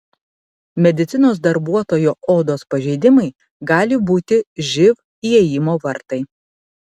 medicinos darbuotojo odos pažeidimai gali būti živ įėjimo vartai